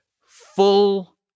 full